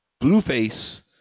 blueface